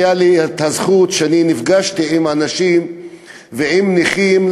הייתה לי הזכות שנפגשתי עם אנשים ועם נכים,